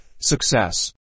success